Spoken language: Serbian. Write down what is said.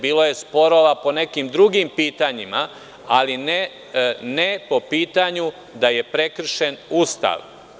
Bilo je sporova po nekim drugim pitanjima, ali ne po pitanju da je prekršen Ustav.